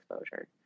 exposure